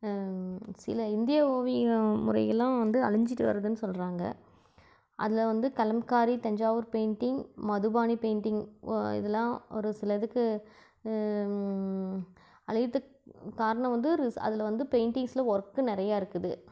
சில இந்திய ஓவியம் முறைகள் எல்லாம் வந்து அழிஞ்சிகிட்டு வருதுன்னு சொல்லுறாங்க அதில் வந்து களம்காரி தஞ்சாவூர் பெயிண்டிங் மதுபானி பெயிண்டிங் இதெல்லாம் ஒரு சிலதுக்கு அழியர்துக் காரணம் வந்து அதில் வந்து பெயிண்டிங்ஸில் வொர்க்கு நிறையா இருக்குது